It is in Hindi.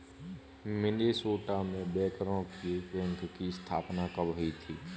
मिनेसोटा में बैंकरों के बैंक की स्थापना कब हुई थी?